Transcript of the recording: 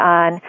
on